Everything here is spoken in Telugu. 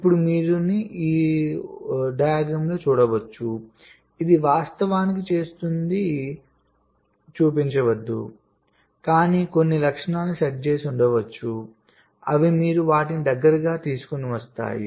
ఇప్పుడు మీరు దీన్ని చూడవచ్చు ఇది వాస్తవానికి చేస్తుంది చూపించవద్దు కానీ ఇవి కొన్ని లక్షణాలను సెట్ చేసి ఉండవచ్చు అవి మీరు వాటిని దగ్గరగా తీసుకువస్తాయి